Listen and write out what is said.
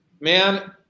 Man